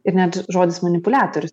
ir net žodis manipuliatorius